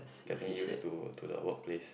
getting used to to the workplace